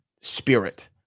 spirit